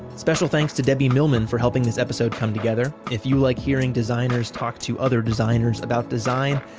special thanks to debbie millman for helping this episode come together. if you like hearing designers talk to other designers about design,